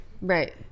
Right